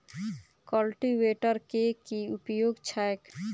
Cultivator केँ की उपयोग छैक?